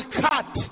cut